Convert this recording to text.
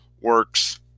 works